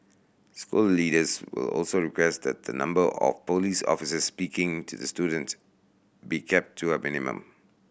school leaders will also request that the number of police officers speaking to the student be kept to a minimum